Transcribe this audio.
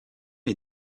est